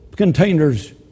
Containers